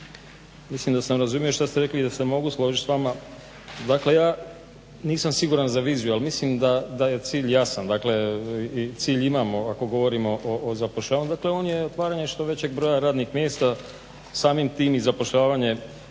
mislim da sam razumio što ste rekli i da se mogu složit s vama. Dakle ja nisam siguran za viziju ali mislim da je cilj jasan, dakle cilj imamo ako govorimo o zapošljavanju, on je otvaranje što većeg broja radnih mjesta, samim tim i zapošljavanje